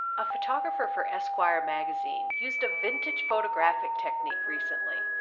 a photographer for esquire magazine used a vintage photographic technique recently,